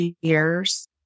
years